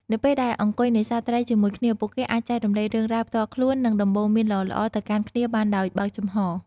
នៅពេលដែលអង្គុយនេសាទត្រីជាមួយគ្នា ពួកគេអាចចែករំលែករឿងរ៉ាវផ្ទាល់ខ្លួននិងដំបូន្មានល្អៗទៅកាន់គ្នាបានដោយបើកចំហរ។